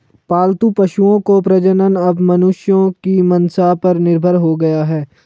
पालतू पशुओं का प्रजनन अब मनुष्यों की मंसा पर निर्भर हो गया है